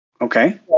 Okay